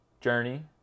Journey